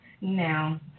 Now